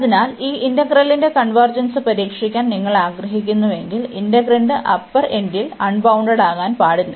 അതിനാൽ ഈ ഇന്റഗ്രലിന്റെ കൺവെർജെൻസ് പരീക്ഷിക്കാൻ നിങ്ങൾ ആഗ്രഹിക്കുന്നുവെങ്കിൽ ഇന്റഗ്രാന്റ് അപ്പർ എൻഡിൽ അൺബൌണ്ടഡ്ഡാകാൻ പാടില്ല